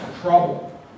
trouble